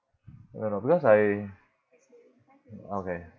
no no because I okay